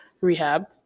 rehab